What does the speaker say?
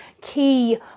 key